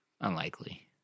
Unlikely